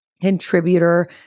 contributor